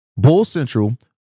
BULLCENTRAL